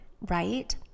Right